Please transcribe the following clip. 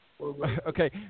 Okay